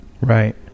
right